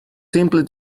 simply